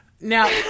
Now